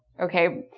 okay?